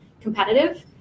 competitive